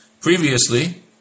Previously